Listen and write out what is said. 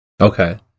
okay